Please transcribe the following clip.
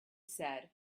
said